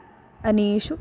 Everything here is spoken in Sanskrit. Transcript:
अनेकेषु